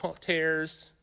tears